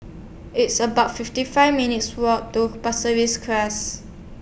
It's about fifty five minutes' Walk to Pasir Ris Crest